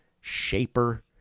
shaper